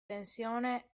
tensione